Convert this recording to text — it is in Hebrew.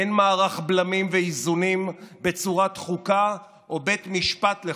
אין מערך בלמים ואיזונים בצורת חוקה או בית משפט לחוקה.